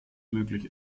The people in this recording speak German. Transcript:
möglich